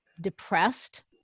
depressed